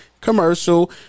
commercial